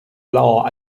law